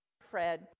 Fred